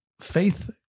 faith